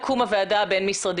אני רוצה להוסיף על מה שאת אומרת.